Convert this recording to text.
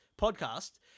podcast